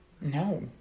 No